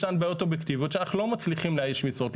ישנן בעיות אובייקטיביות שאנחנו לא מצליחים לאייש משרות.